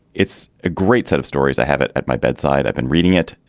it's a great set of stories i have it at my bedside. i've been reading it.